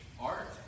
art